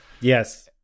Yes